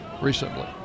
recently